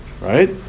right